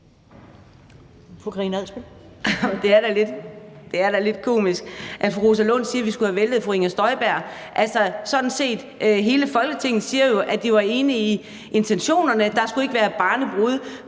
Det er da lidt komisk, at fru Rosa Lund siger, vi skulle have væltet fru Inger Støjberg. Altså, hele Folketinget siger jo sådan set, at man var enig i intentionerne; der skulle ikke være barnebrude